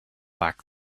back